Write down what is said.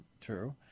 true